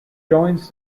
joins